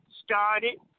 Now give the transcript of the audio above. started